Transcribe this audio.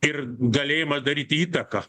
ir galėjimą daryti įtaką